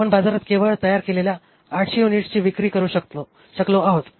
आपण बाजारात केवळ तयार केलेल्या 800 युनिट्सची विक्री करू शकलो आहोत